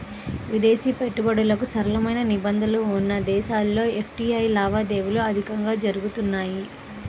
విదేశీ పెట్టుబడులకు సరళమైన నిబంధనలు ఉన్న దేశాల్లో ఎఫ్డీఐ లావాదేవీలు అధికంగా జరుగుతుంటాయి